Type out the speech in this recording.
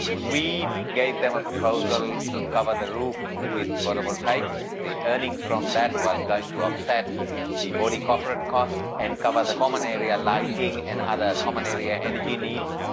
we gave them a proposal to cover the roof with photovoltaics. the earnings from that was going to offset the body corporate costs and cover the common area lighting and other common area energy needs,